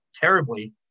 terribly